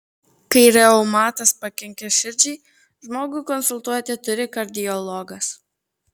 kai reumatas pakenkia širdžiai žmogų konsultuoti turi kardiologas